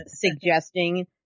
suggesting